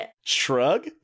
shrug